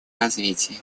развитии